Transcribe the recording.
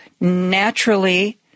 naturally